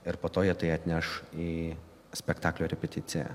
ir po to jie tai atneš į spektaklio repeticiją